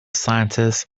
scientists